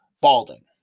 Balding